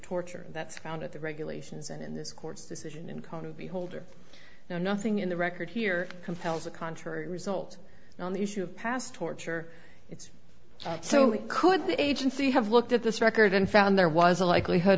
torture that's found at the regulations and in this court's decision in qana beholder no nothing in the record here compels a contrary result on the issue of past torture it's so could the agency have looked at this record and found there was a likelihood